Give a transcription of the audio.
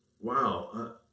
wow